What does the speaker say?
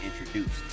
introduced